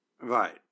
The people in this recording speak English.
Right